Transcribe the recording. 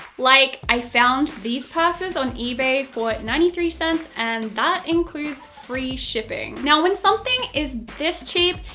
like i found these purses on ebay for ninety three cents, and that includes free shipping. now when something is this cheap,